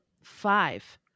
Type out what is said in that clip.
five